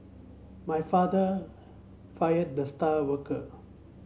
my father fired the star worker